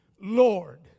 Lord